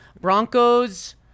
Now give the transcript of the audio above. Broncos